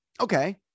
Okay